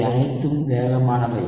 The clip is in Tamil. இவை அனைத்தும் வேகமானவை